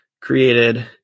created